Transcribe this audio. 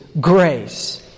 grace